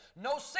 No